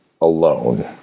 alone